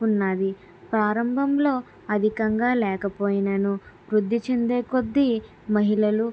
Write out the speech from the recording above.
ఉన్నాయి ప్రారంభంలో అధికంగా లేకపోయినను వృద్ధి చెందే కొద్దీ మహిళలు